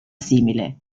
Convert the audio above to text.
simile